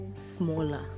smaller